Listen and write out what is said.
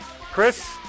Chris